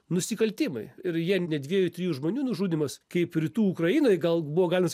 nusikaltimai ir jie ne dviejų trijų žmonių nužudymas kaip rytų ukrainoje gal buvo galima sakyt